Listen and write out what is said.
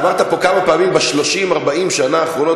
אמרת פה כמה פעמים: ב-30 40 השנים האחרונות